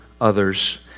others